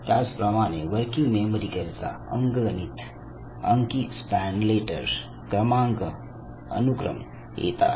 त्याच प्रमाणे working memory करिता अंकगणित अंकी स्पॅन लेटर क्रमांक अनुक्रम येतात